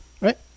right